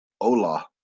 Ola